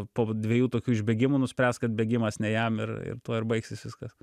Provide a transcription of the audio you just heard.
po dviejų tokių išbėgimų nuspręs kad bėgimas ne jam ir ir tuo ir baigsis viskas